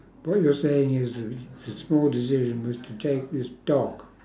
what you're saying is uh the a small decision was to take this dog